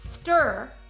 stir